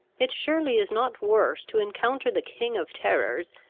it surely is not worse to encounter the king of terrors,